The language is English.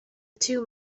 two